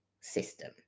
system